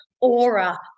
aura